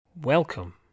Welcome